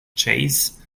chase